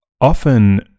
often